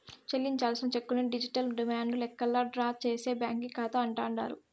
చెల్లించాల్సిన చెక్కుల్ని digital demand లెక్కల్లా డ్రా చేసే బ్యాంకీ కాతా అంటాండారు